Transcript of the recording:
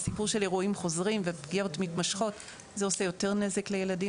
הסיפור של אירועים חוזרים ופגיעות מתמשכות זה עושה יותר נזק לילדים,